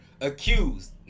accused